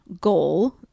goal